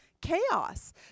chaos